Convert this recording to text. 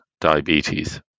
diabetes